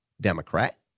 Democrat